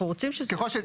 אנחנו רוצים שזה יופיע.